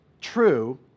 true